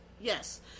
yes